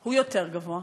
הוא יותר גבוה?